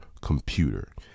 computer